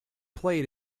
played